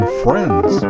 friends